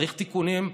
צריך תיקונים,